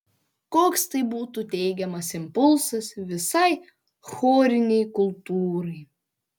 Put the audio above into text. koks tai būtų teigiamas impulsas visai chorinei kultūrai